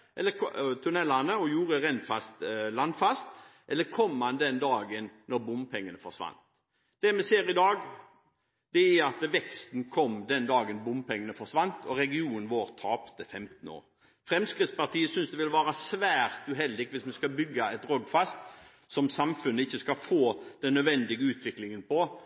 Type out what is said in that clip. og gjorde Rennfast landfast, eller kom den den dagen bompengene forsvant? Vi ser i dag at veksten kom den dagen bompengene forsvant, og regionen vår tapte 15 år. Fremskrittspartiet synes det vil være svært uheldig hvis vi skal bygge et Rogfast som samfunnet ikke skal få den nødvendige utviklingen av,